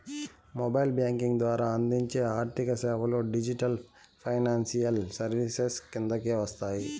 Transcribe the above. mobile banking ద్వారా అందించే ఆర్థిక సేవలు డిజిటల్ ఫైనాన్షియల్ సర్వీసెస్ కిందకే వస్తాయి